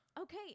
Okay